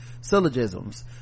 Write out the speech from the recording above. syllogisms